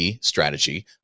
strategy